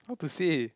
how to say